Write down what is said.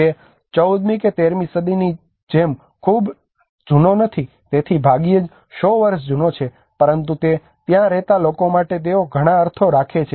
તે 14મી કે 13મી સદીની જેમ ખૂબ જૂનો નથી ત્યાં ભાગ્યે જ 100 વર્ષ જૂનો છે પરંતુ તે ત્યાં રહેતા લોકો માટે તેઓ ઘણા અર્થો રાખે છે